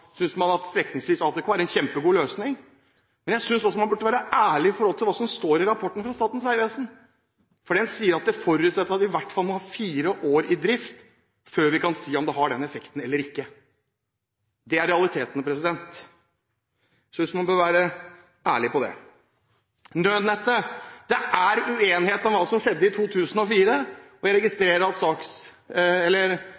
synes man at strekningsvis-ATK er en kjempegod løsning. Men jeg synes også man burde være ærlig om hva som står i rapporten fra Statens vegvesen, for den sier at det forutsetter at det i hvert fall må være fire år i drift før vi kan si om det har den effekten eller ikke. Det er realiteten. Jeg synes man bør være ærlig om det. Nødnettet: Det er uenighet om hva som skjedde i 2004, og jeg